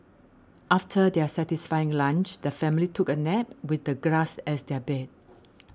after their satisfying lunch the family took a nap with the grass as their bed